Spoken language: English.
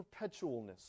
perpetualness